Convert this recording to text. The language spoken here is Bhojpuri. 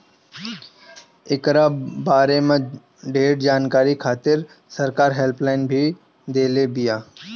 एकरा बारे में ढेर जानकारी खातिर सरकार हेल्पलाइन भी देले बिया